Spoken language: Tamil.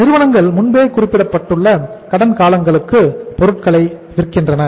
நிறுவனங்கள் முன்பே குறிப்பிடப்பட்ட கடன் காலங்ளுக்கு பொருட்களை விற்கின்றன